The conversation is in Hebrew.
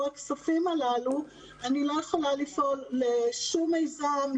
הכספים הללו אני לא יכולה לפעול לשום מיזם,